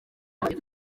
yanjye